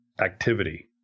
activity